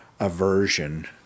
aversion